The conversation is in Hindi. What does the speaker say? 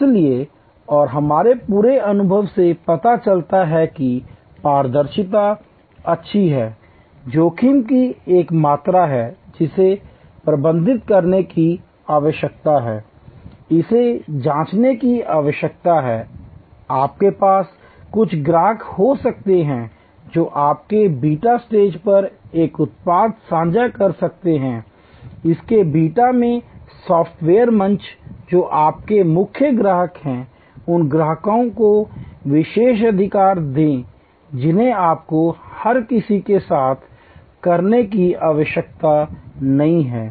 इसलिए और हमारे पूरे अनुभव से पता चलता है कि पारदर्शिता अच्छी है जोखिम की एक मात्रा है जिसे प्रबंधित करने की आवश्यकता है इसे जांचने की आवश्यकता है आपके पास कुछ ग्राहक हो सकते हैं जो आपके बीटा स्टेज पर एक उत्पाद साझा कर सकते हैं इसके बीटा में सॉफ़्टवेयर मंच जो आपके मुख्य ग्राहक हैं उन ग्राहकों को विशेषाधिकार दें जिन्हें आपको हर किसी के साथ करने की आवश्यकता नहीं है